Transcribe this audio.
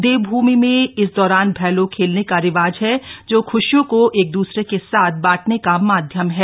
देवभूमि में इस दौरान भैलो खेलने का रिवाज है जो खुशियों को एक दूसरे के साथ बांटने का माध्यम है